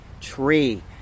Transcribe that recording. tree